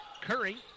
Curry